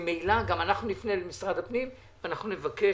אנחנו נפנה למשרד הפנים ונבקש